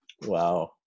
Wow